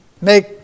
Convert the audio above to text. Make